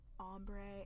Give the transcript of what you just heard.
ombre